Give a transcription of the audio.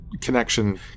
Connection